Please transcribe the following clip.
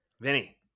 Vinny